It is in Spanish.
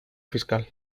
fiscal